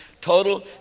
total